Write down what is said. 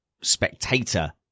spectator